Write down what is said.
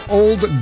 old